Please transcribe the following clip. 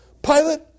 Pilate